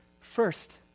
First